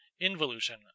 involution